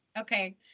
Okay